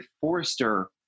Forrester